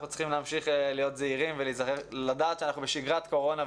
אנחנו צריכים להמשיך להיות זהירים ולדעת שאנחנו בשגרת קורונה,